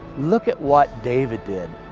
look at what david did.